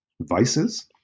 vices